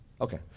Okay